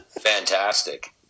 Fantastic